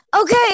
okay